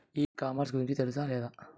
E commerce గురించి తెలుసా లేదా?